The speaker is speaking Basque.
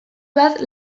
bat